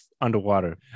underwater